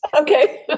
Okay